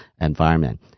environment